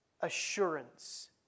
assurance